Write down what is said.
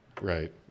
Right